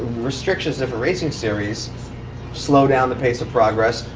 restrictions of a racing series slow down the pace of progress,